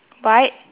white